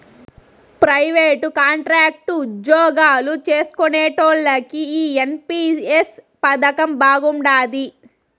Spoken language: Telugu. ప్రైవేటు, కాంట్రాక్టు ఉజ్జోగాలు చేస్కునేటోల్లకి ఈ ఎన్.పి.ఎస్ పదకం బాగుండాది